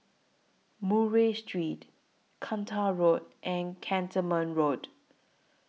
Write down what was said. Murray Street Kinta Road and Cantonment Road